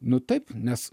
nu taip nes